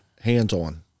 hands-on